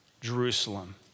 Jerusalem